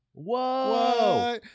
Whoa